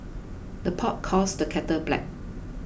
the pot calls the kettle black